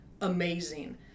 amazing